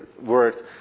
word